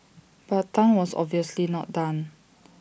but Tan was obviously not done